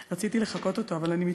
רציתי לחקות אותו, אבל אני מתאפקת: